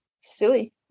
silly